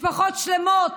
משפחות שלמות